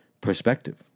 perspective